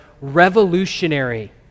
revolutionary